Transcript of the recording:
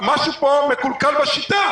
משהו פה מקולקל בשיטה.